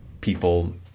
people